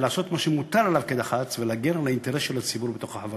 אלא לעשות מה שמוטל עליו כדח"צ ולהגן על האינטרס של הציבור בתוך החברות.